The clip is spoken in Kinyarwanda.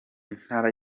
intara